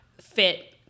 fit